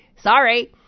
Sorry